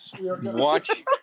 Watch